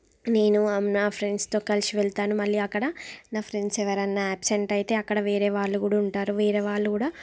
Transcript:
నేను నా ఫ్రెండ్స్తో కలిసి వెళ్తాను మళ్ళీ అక్కడ నా ఫ్రెండ్స్ ఎవరైనా ఆబ్సెంట్ అయితే అక్కడ వేరే వాళ్ళు కూడా ఉంటారు వేరే వాళ్ళు కూడా